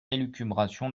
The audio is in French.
élucubration